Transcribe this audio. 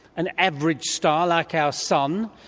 an average star like our sun.